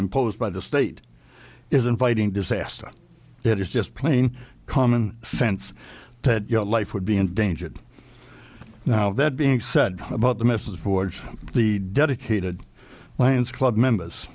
imposed by the state is inviting disaster it is just plain common sense that your life would be endangered now that being said about the message boards the dedicated lions club members